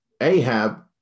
ahab